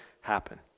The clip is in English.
happen